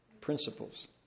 principles